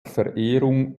verehrung